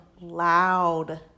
loud